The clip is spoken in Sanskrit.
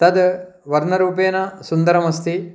तद् वर्णरूपेण सुन्दरमस्ति